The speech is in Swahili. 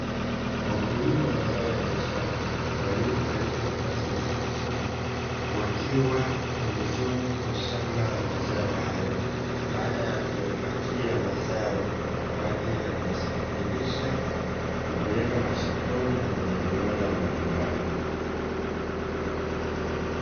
Wakulima wa mazao ya biashara, waliovalia mavazi nadhifu sana, wakiwa pembezoni mwa shamba la mazao hayo, baada ya kuyapakia mazao, kwa ajili ya kuyasafirisha, kupeleka masokoni na kwenye viwanda mbalimbali.